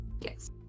Yes